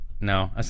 no